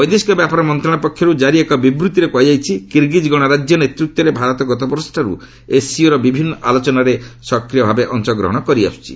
ବୈଦେଶିକ ବ୍ୟାପାର ମନ୍ତ୍ରଣାଳୟ ପକ୍ଷରୁ ଜାରି ଏକ ବିବୃଭିରେ କୁହାଯାଇଛି କିର୍ଗିଜ୍ ଗଣରାଜ୍ୟ ନେତୃତ୍ୱରେ ଭାରତ ଗତବର୍ଷଠାରୁ ଏସ୍ସିଓର ବିଭିନ୍ନ ଆଲୋଚନାରେ ସକ୍ରିୟ ଭାବେ ଅଂଶଗ୍ରହଣ କରି ଆସିଛି